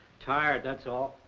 tired, that's all.